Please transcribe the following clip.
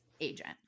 agent